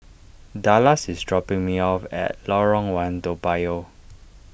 Dallas is dropping me off at Lorong one Toa Payoh